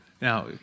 now